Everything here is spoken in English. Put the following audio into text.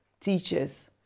Teachers